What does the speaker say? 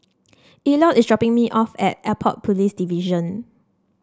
Elliott is dropping me off at Airport Police Division